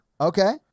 Okay